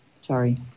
Sorry